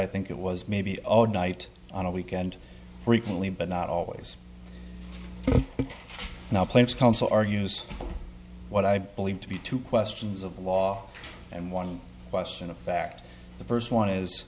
i think it was maybe odd night on a weekend frequently but not always now please counsel argues what i believe to be two questions of law and one question of fact the first one is